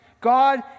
God